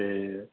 ਅਤੇ